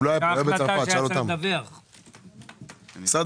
משרד